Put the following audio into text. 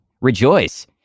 Rejoice